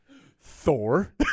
Thor